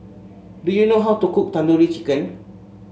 do you know how to cook Tandoori Chicken